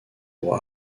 pour